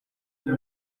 huit